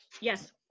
Yes